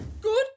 Good